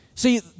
See